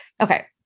Okay